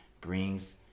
brings